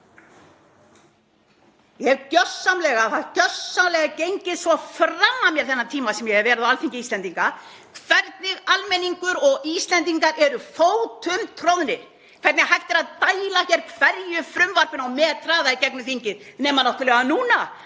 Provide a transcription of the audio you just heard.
Það hefur svo gjörsamlega gengið fram af mér þann tíma sem ég hef verið á Alþingi Íslendinga hvernig almenningur og Íslendingar eru fótumtroðnir, hvernig hægt er að dæla hverju frumvarpinu á methraða í gegnum þingið. Nema náttúrlega núna.